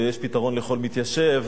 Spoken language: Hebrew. ו"יש פתרון לכל מתיישב".